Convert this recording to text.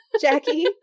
Jackie